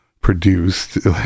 produced